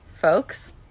folks